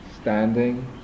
Standing